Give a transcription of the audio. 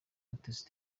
umutesi